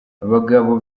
abagabo